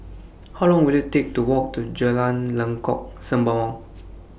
How Long Will IT Take to Walk to Jalan Lengkok Sembawang